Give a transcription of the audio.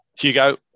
Hugo